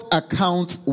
accounts